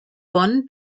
bonn